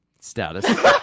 status